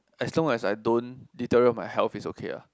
as long as I don't deteriorate my health it's okay ah